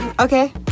Okay